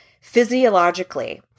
physiologically